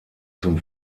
zum